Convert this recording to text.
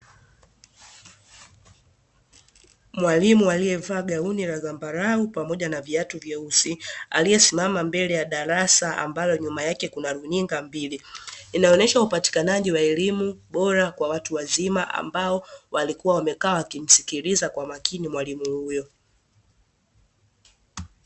Mwalimu aliyevaaa gauni la zambarau pamoja na viatu vyeusi, aliyesimama mbele ya darasa ambalo nyuma yake kuna runinga mbili. Inaonesha upatikanaji wa elimu bora kwa watu wazima, ambao walikua wamekaaa wakimsikiliza kwa makini mwalimu huyo.